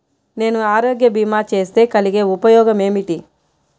నేను ఆరోగ్య భీమా చేస్తే కలిగే ఉపయోగమేమిటీ?